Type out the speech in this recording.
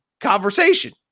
conversation